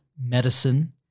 medicine